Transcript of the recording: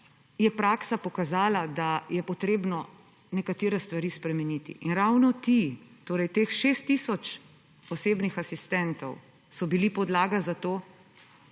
je praksa pokazala, da je treba nekatere stvari spremeniti. In ravno ti, torej teh 6 tisoč osebnih asistentov, so bili podlaga za to,